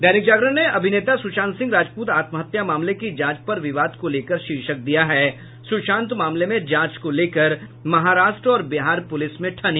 दैनिक जागरण ने अभिनेता सुशांत सिंह राजपूत आत्महत्या मामले की जांच पर विवाद को लेकर शीर्षक दिया है सुशांत मामले में जांच को लेकर महाराष्ट्र और बिहार पुलिस में ठनी